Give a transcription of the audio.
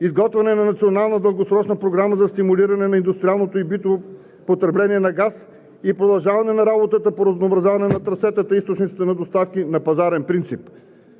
и изготвяне на национална дългосрочна програма за стимулиране на индустриалното и битово потребление на газ и продължаване на работата по разнообразяване на трасетата и източниците на доставки на пазарен принцип.